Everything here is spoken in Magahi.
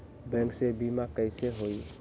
बैंक से बिमा कईसे होई?